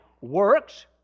works